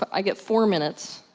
i get four minutes.